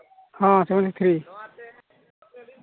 seven eight three